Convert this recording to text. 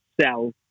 sell